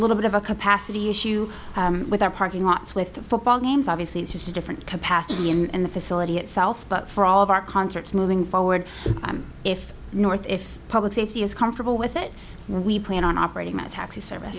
little bit of a capacity issue with our parking lots with the football games obviously it's just a different capacity and the facility itself but for all of our concerts moving forward if north if public safety is comfortable with it we plan on operating that taxi service